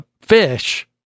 fish